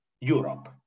Europe